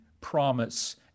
promise